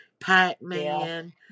Pac-Man